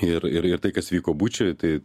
ir ir ir tai kas vyko bučoj tai